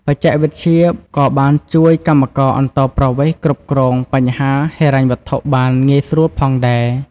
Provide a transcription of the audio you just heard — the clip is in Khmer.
បច្ចេកវិទ្យាក៏បានជួយកម្មករអន្តោប្រវេស៍គ្រប់គ្រងបញ្ហាហិរញ្ញវត្ថុបានងាយស្រួលផងដែរ។